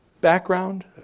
background